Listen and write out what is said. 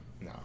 no